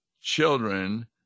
children